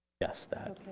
yes that.